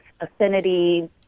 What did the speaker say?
affinity